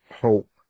hope